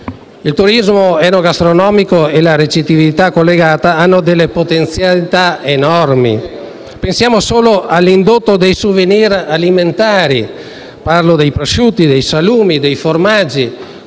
Il turismo enogastronomico e la ricettività collegata hanno potenzialità enormi. Pensiamo solo all'indotto dei *souvenir* alimentari: parlo dei prosciutti, dei salumi e dei formaggi.